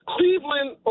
Cleveland